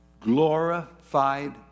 glorified